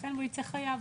יתכן והוא ייצא חייב.